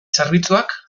zerbitzuak